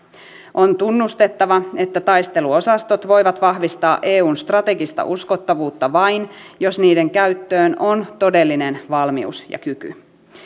on tunnustettava että taisteluosastot voivat vahvistaa eun strategista uskottavuutta vain jos niiden käyttöön on todellinen valmius ja kyky